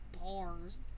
bars